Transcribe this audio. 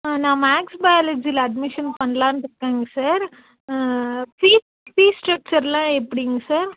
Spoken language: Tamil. சார் நான் மேக்ஸ் பயாலஜியில் அட்மிஷன் பண்ணலாம் இருக்கோங்க சார் ஃபீஸ் ஸ்ட்ரெச்சரெலாம் எப்படிங்க சார்